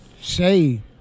say